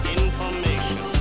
information